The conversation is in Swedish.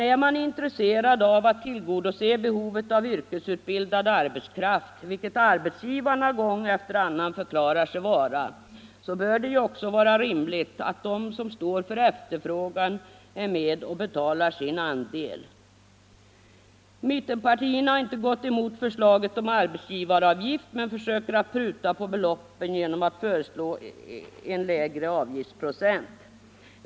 Är man intresserad av att tillgodose behovet av yrkesutbildad arbetskraft, vilket arbetsgivarna gång efter annan har förklarat sig vara, så bör det också vara rimligt att de som står för efterfrågan är med och betalar sin andel. Mittenpartierna har inte gått emot förslaget om finansiering genom arbetsgivaravgifter men försöker att pruta på beloppen genom att föreslå en lägre avgiftsprocent.